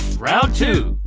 round two!